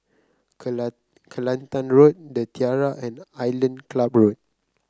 Kelant Kelantan Road The Tiara and Island Club Road